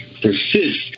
persist